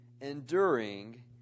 enduring